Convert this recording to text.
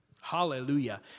Hallelujah